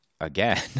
Again